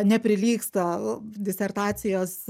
neprilygsta disertacijos